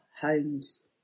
homes